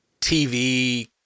TV